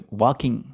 walking